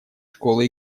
школы